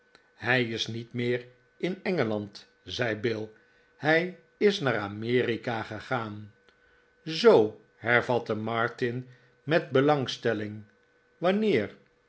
hij is niet meer in engeland zei bill hij is naar amerika gegaan zoo hervatte martin met belangstelling wanneer